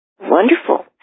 Wonderful